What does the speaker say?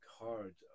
cards